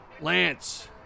Lance